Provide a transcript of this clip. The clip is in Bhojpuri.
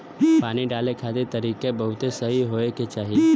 पानी डाले खातिर तरीकों बहुते सही होए के चाही